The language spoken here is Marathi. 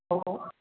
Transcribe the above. हो हो